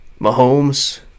Mahomes